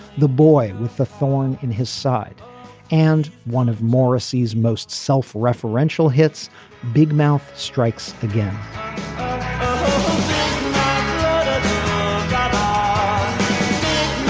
the boy with the thorn in his side and one of morrissey's most self-referential hits big mouth strikes again um